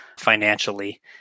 Financially